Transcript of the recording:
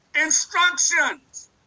Instructions